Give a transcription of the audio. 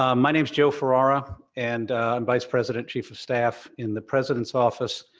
ah my name's joe ferrara, and i'm vice president, chief of staff in the president's office.